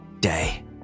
day